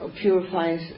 purifies